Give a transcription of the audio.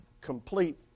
complete